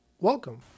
Welcome